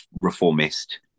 reformist